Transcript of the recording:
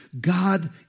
God